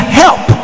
help